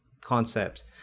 concepts